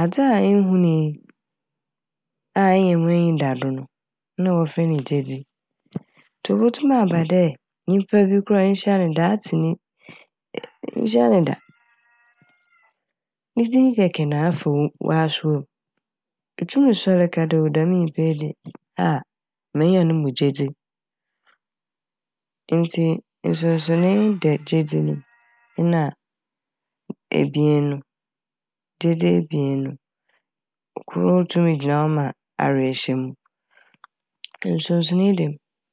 adze a ennhunee a enya ho enyidado no na wɔfrɛ no gyedzi. Ntsi obotum aba dɛ nyimpa bi koraa a ennhyia ne da a atse ne d - ee- ennhyia ne da, ne dzin kɛkɛ na afa w'asowa m' itum soɛr mpo ka dɛ dɛm nyimpa yi de ah! menya ne mu gyedzi ntsi nsonsonee da gyedzi no nna ebien no gyedzi ebien no kor tum gyina hɔ ma awerɛhyɛm' nsonsonee da m'.